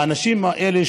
האנשים האלה,